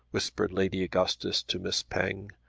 whispered lady augustus to miss penge.